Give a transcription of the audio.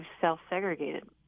self-segregated